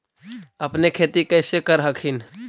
अपने खेती कैसे कर हखिन?